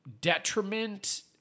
detriment